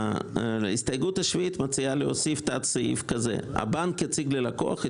ההסתייגות השביעית מציעה להוסיף תת-סעיף כזה: "הבנק יציג ללקוח את